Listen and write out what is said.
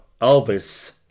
Elvis